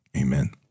Amen